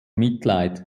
mitleid